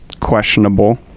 questionable